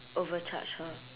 over charge her